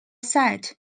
side